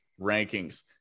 rankings